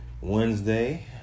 Wednesday